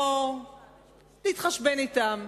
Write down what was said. או להתחשבן אתם,